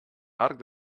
arc